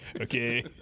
Okay